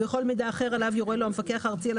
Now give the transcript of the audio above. וכל מידע אחר עליו יורה לו המפקח הארצי על